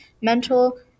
mental